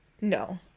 No